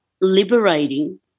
liberating